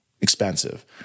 expensive